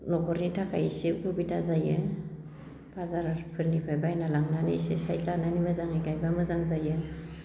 न'खरनि थाखाय एसे असुबिदा जायो बाजारफोरनिफ्राय बायना लांनानै एसे साइड लानानै मोजाङै गायब्ला मोजां जायो